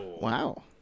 wow